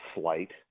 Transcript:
flight